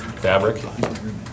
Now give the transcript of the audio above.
fabric